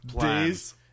days